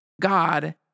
God